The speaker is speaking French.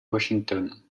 washington